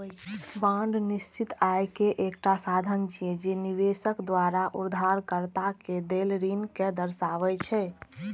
bond निश्चित आय के एकटा साधन छियै, जे निवेशक द्वारा उधारकर्ता कें देल ऋण कें दर्शाबै छै